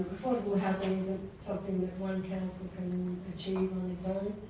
affordable housing isn't something that one council can achieve on its own.